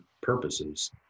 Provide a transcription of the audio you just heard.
purposes